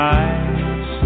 eyes